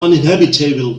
uninhabitable